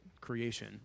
creation